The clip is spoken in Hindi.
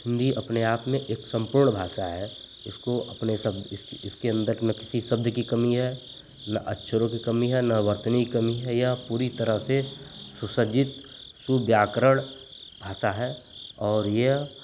हिन्दी अपने आप में एक सम्पूर्ण भाषा है इसको अपने शब्द इसकी इसके अन्दर में किसी शब्द की कमी है ना अक्षरों की कमी है न वर्तनी की कमी है यह पूरी तरह से सुसज्जित सुव्याकरण भाषा है और यह